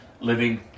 living